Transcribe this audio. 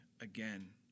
again